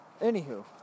Anywho